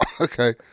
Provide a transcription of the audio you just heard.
okay